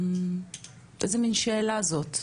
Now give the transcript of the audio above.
איזה מין שאלה זאת?